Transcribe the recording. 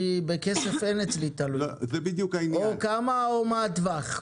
או כמה או מה הטווח?